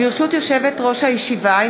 ברשות יושבת-ראש הישיבה,